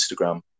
Instagram